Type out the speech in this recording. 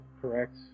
correct